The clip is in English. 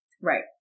Right